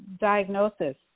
diagnosis